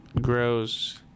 Gross